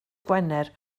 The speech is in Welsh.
gwener